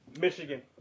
michigan